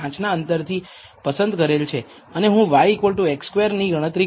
5 ના અંતરથી પસંદ કરેલ છે અને હું yx2 ની ગણતરી કરીશ